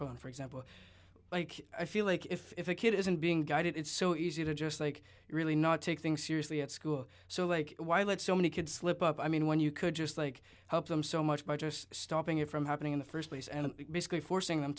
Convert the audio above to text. phone for example like i feel like if if a kid isn't being guided it's so easy to just like really not take things seriously at school so why let so many kids slip up i mean when you could just like help them so much by just stopping it from happening in the st place and basically forcing them